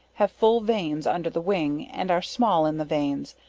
have full veins under the wing, and are small in the veins,